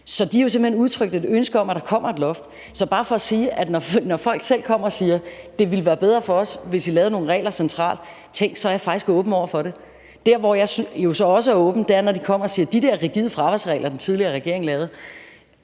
simpelt hen udtrykt et ønske om, at der kommer et loft. Så det er bare for at sige, at når folk selv kommer og siger, at det ville være bedre for dem, hvis vi lavede nogle regler centralt, tænk, så er jeg faktisk åben over for det. Der, hvor jeg jo så også er åben, er, når de kommer og taler om de der rigide fraværsregler, den tidligere regering lavede.